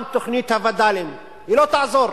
גם תוכנית הווד"לים לא תעזור,